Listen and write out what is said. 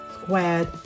squared